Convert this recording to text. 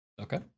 Okay